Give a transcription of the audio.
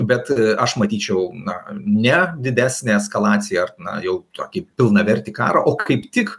bet aš matyčiau na ne didesnę eskalaciją na jau tokį pilnavertį karą o kaip tik